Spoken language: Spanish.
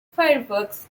firefox